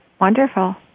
wonderful